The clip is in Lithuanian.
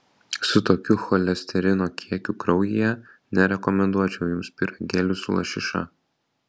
su tokiu cholesterino kiekiu kraujyje nerekomenduočiau jums pyragėlių su lašiša